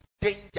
danger